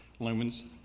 lumens